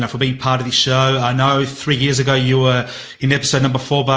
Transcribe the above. know, for being part of the show. i know, three years ago, you were in episode number four, but